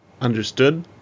understood